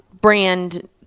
brand